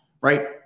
right